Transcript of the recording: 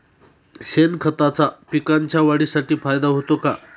शेणखताचा पिकांच्या वाढीसाठी फायदा होतो का?